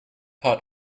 pot